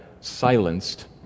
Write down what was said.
silenced